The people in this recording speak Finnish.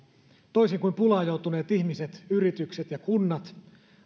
toisin kuin pulaan joutuneet ihmiset yritykset ja kunnat